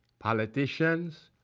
politicians